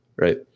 right